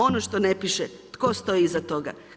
Ono što ne piše, tko stoji iza toga?